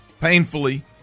painfully